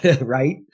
right